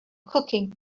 cooking